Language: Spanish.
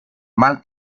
mal